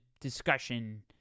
discussion